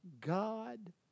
God